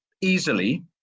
easily